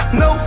no